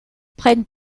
prennent